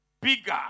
bigger